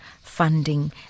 funding